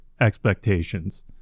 expectations